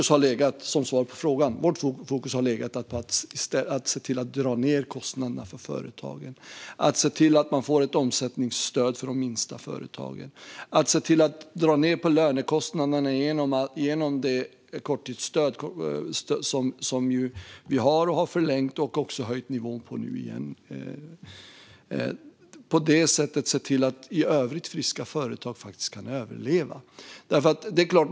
Svaret på frågan är att vårt fokus har legat på att se till att dra ned kostnaderna för företagen, att se till att de minsta företagen får ett omsättningsstöd och att se till att dra ned på lönekostnaderna genom det korttidsstöd som vi har och som vi har förlängt och nu igen höjt nivån på. På det sättet ser vi till att i övrigt friska företag kan överleva.